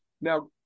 Now